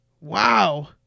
wow